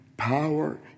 Power